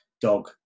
dog